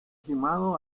quemado